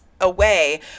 away